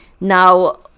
Now